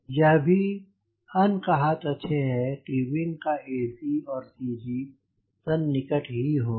यह भी अन कहा तथ्य है कि विंग का ac और CG सन् निकट ही होंगे